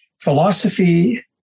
philosophy